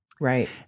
Right